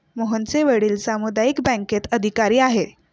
मोहनचे वडील सामुदायिक बँकेत अधिकारी आहेत